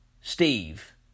Steve